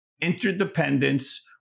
interdependence